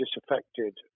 disaffected